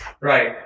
Right